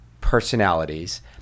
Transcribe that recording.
personalities